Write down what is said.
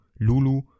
Lulu